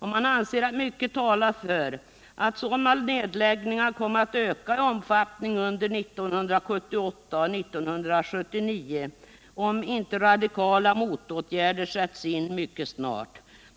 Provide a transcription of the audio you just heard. AMS anser att mycket talar för att sådana nedläggningar kommer att öka i omfattning under 1978 och 1979, om inte radikala motåtgärder sätts in mycket snart.